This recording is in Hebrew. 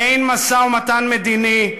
אין משא-ומתן מדיני,